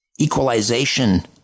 equalization